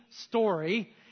story